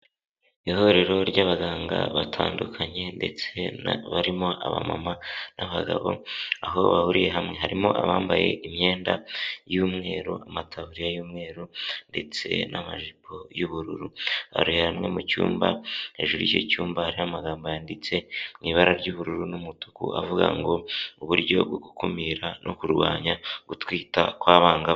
Ihuriro ry'abaganga batandukanye ndetse barimo abamama n'abagabo aho bahuriye hamwe, harimo abambaye imyenda y'umweru, amataburiya y'umweru ndetse n'amajipo y'ubururu, bari hamwe mu cyumba, hejuru y'icyo cyumba hari amagambo yanditse mu ibara ry'ubururu n'umutuku, avuga ngo uburyo bwo gukumira no kurwanya gutwita kw'abangavu.